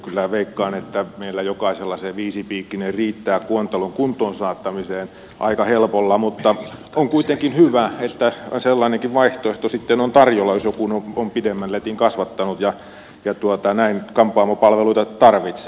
kyllä veikkaan että meillä jokaisella se viisipiikkinen riittää kuontalon kuntoonsaattamiseen aika helpolla mutta on kuitenkin hyvä että sellainenkin vaihtoehto sitten on tarjolla jos joku on pidemmän letin kasvattanut ja näin kampaamopalveluita tarvitsee